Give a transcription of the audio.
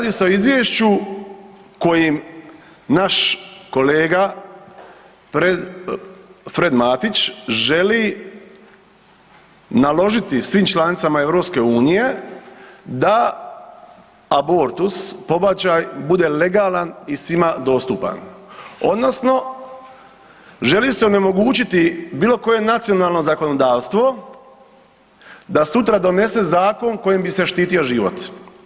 Dakle radi se o izvješću kojim naš kolega, Fred Matić želi naložiti svim članicama EU da abortus, pobačaj bude legalan i svima dostupan odnosno želi se onemogućiti bilo koje nacionalno zakonodavstvo da sutra donese zakon kojim bi se štitio život.